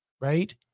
right